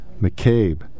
McCabe